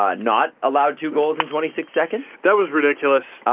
ah not allowed two goals in twenty six seconds. that was ridiculous.